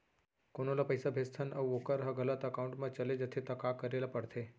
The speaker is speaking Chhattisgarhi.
कोनो ला पइसा भेजथन अऊ वोकर ह गलत एकाउंट में चले जथे त का करे ला पड़थे?